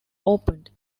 opened